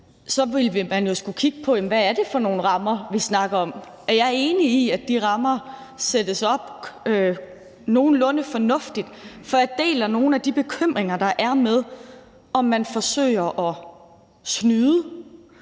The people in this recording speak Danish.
Så ville man jo skulle kigge på, hvad det er for nogle rammer, vi snakker om: Er jeg enig i, at de rammer sættes op nogenlunde fornuftigt? For jeg deler nogle af de bekymringer, der er, med, om man forsøger at snyde